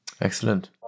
Excellent